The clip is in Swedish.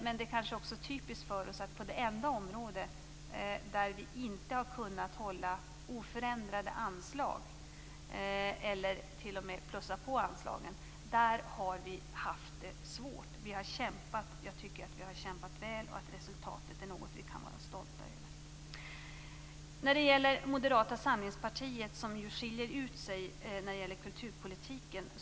Men det är kanske också typiskt för oss att på det enda område där vi inte har kunnat hålla oförändrade anslag eller t.o.m. öka på anslagen har vi haft det svårt. Vi har kämpat. Jag tycker att vi har kämpat väl och att resultatet är något vi kan vara stolta över. Moderata samlingspartiet skiljer ju ut sig när det gäller kulturpolitiken.